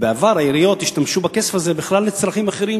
בעבר העיריות השתמשו בכסף הזה בכלל לצרכים אחרים,